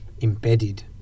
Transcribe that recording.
embedded